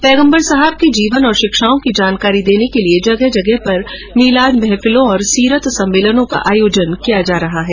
पैगम्बर साहब के जीवन और शिक्षाओं की जानकारी देने के लिए जगह जगह पर मिलाद महफिलों और सीरत सम्मलेनों का आयोजन किया गया है